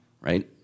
right